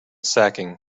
sacking